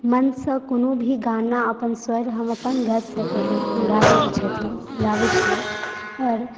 मनसँ कोनो भी गाना अपन स्वर हम अपन गाबि सकैए गाबैल छथिन गाबै छियै आओर